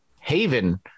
Haven